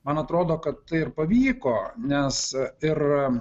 man atrodo kad tai ir pavyko nes ir